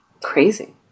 crazy